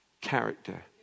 character